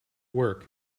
work